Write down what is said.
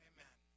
Amen